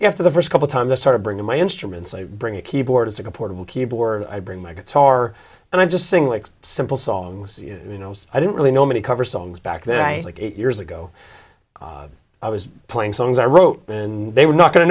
after the first couple times i started bringing my instruments i bring a keyboardist a portable keyboard i bring my guitar and i just sing like simple songs you know i didn't really know many cover songs back then i like eight years ago i was playing songs i wrote and they were not going to